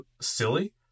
silly